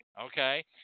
Okay